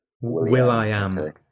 Will-I-am